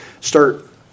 start